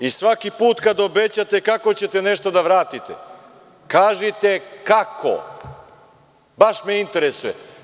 I svaki put kada obećate, kako ćete nešto da vratite, kažite – kako, baš me interesuje?